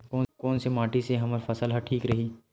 कोन से माटी से हमर फसल ह ठीक रही?